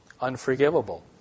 unforgivable